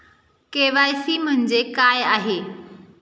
KYC म्हणजे काय आहे?